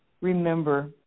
remember